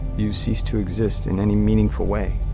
you cease to exist in any meaningful way